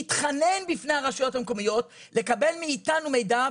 מתחנן בפני הרשויות המקומיות לקבל מאתנו מידע,